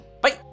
Bye